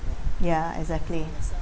ya exactly